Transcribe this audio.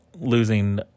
losing